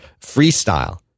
freestyle